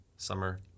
Summer